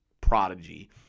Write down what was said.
prodigy